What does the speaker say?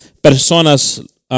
personas